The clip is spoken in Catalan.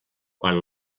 quan